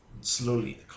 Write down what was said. Slowly